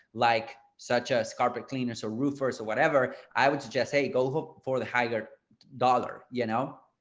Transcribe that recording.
like such as carpet cleaners, or roofers or whatever, i would suggest, hey, go for the higher dollar, you know,